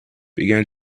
began